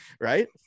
Right